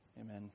Amen